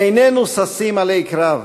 איננו ששים אלי קרב,